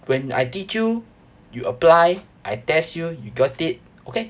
when I teach you you apply I test you you got it okay